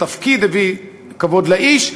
התפקיד הביא כבוד לאיש,